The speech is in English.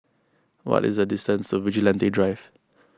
what is the distance to Vigilante Drive